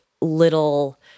little